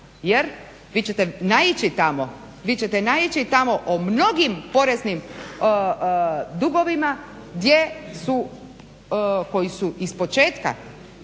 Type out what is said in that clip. jer vi ćete naići tamo o mnogim poreznim dugovima gdje su, koji su ispočetka